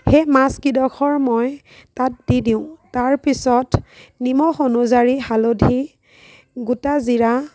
সেই মাছকেইডোখৰ মই তাত দি দিওঁ তাৰপিছত নিমখ অনুযায়ী হালধি গোটা জিৰা